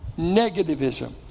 Negativism